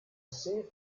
safe